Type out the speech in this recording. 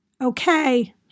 Okay